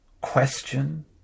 question